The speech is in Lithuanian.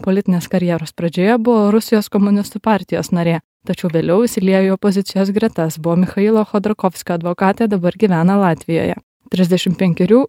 politinės karjeros pradžioje buvo rusijos komunistų partijos narė tačiau vėliau įsiliejo į opozicijos gretas buvo michailo chodorkovskio advokatė dabar gyvena latvijoje trisdešim penkerių